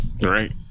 Right